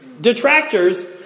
detractors